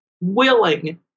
willing